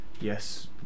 yes